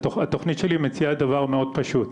התוכנית שלי מציעה דבר מאוד פשוט,